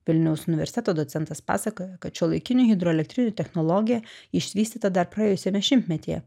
vilniaus universiteto docentas pasakojo kad šiuolaikinių hidroelektrinių technologija išvystyta dar praėjusiame šimtmetyje